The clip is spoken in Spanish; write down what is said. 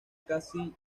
casi